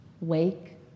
Wake